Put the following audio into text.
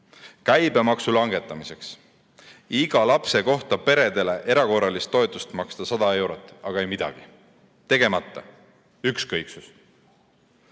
käibemaksu langetamiseks. Iga lapse kohta tuleks peredele erakorralist toetust maksta 100 eurot. Aga ei midagi. Tegemata. Ükskõiksus.